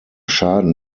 schaden